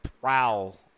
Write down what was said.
prowl